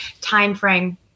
timeframe